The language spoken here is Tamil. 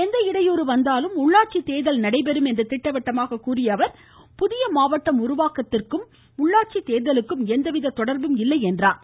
எந்த இடையூறு வந்தாலும் உள்ளாட்சி தேர்தல் நடைபெறும் என்று கூறிய அவர் புதிய மாவட்டம் உருவாக்குவதற்கும் உள்ளாட்சி தேர்தலுக்கும் தொடர்பு இல்லை என்றார்